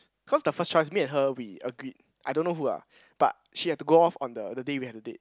cause the first choice me and her we agreed I don't know who ah but she had to go off on the the day we have the date